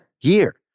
year